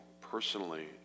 personally